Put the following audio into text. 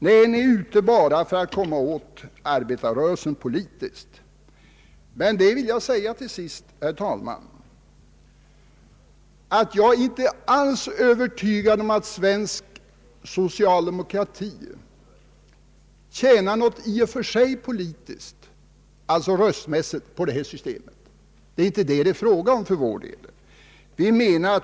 Nej, ni är ute bara för att komma åt arbetarrörelsen politiskt. Herr talman! Jag vill till sist säga att jag icke alls är övertygad om att svensk socialdemokrati i och för sig tjänar någonting politiskt, d.v.s. röstmässigt, på detta system. Det är inte fråga om det för vår del.